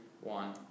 one